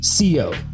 Co